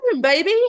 baby